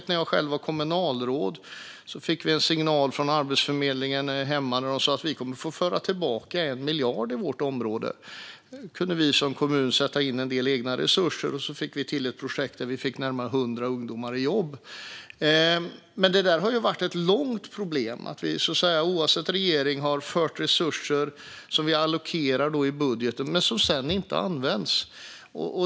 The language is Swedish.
När jag själv var kommunalråd fick vi en signal från Arbetsförmedlingen där hemma där de sa: Vi kommer att få föra tillbaka 1 miljard i vårt område. Då kunde vi som kommun sätta in en del egna resurser, och så fick vi till ett projekt där vi fick närmare hundra ungdomar i jobb. Men det där har varit ett problem länge. Oavsett regering har vi tillfört resurser som vi allokerat i budgeten men som sedan inte använts.